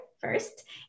first